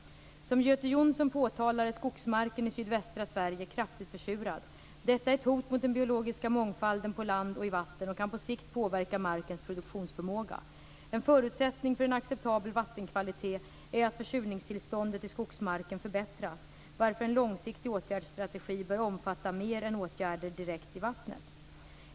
Som Göte Jonsson påtalar är skogsmarken i sydvästra Sverige kraftigt försurad. Detta är ett hot mot den biologiska mångfalden på land och i vatten och kan på sikt påverka markens produktionsförmåga. En förutsättning för en acceptabel vattenkvalitet är att försurningstillståndet i skogsmarken förbättras varför en långsiktig åtgärdsstrategi bör omfatta mer än åtgärder direkt i vattnet.